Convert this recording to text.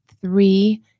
three